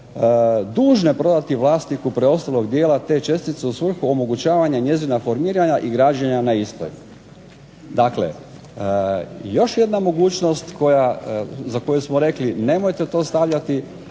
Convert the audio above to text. dužne prodati vlasniku preostalog dijela te čestice u svrhu omogućavanja njezina formiranja i građenja na istoj. Dakle, još jedna mogućnost za koju smo rekli nemojte to stavljati